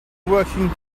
working